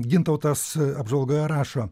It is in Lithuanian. gintautas apžvalgoje rašo